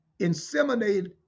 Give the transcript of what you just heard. inseminated